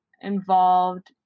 involved